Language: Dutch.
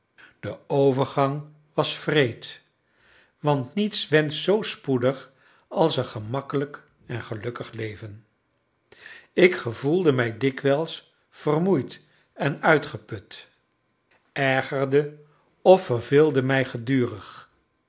de overgang was wreed want niets went zoo spoedig als een gemakkelijk en gelukkig leven ik gevoelde mij dikwijls vermoeid en uitgeput ergerde of verveelde mij gedurig